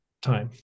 time